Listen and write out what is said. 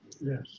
Yes